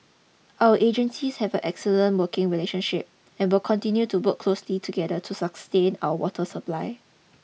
our agencies have a excellent working relationship and will continue to work closely together to sustain our water supply